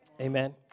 Amen